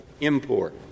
import